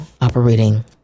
operating